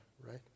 right